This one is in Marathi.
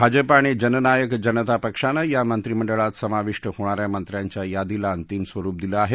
भाजपा आणि जननायक जनता पक्षानं या मंत्रीमंडळात समाविष्ट होणाऱ्या मंत्र्यांच्या यादीला अंतिम स्वरूप दिले आहे